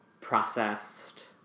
processed